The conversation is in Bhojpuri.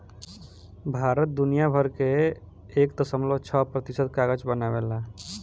भारत दुनिया भर कअ एक दशमलव छह प्रतिशत कागज बनावेला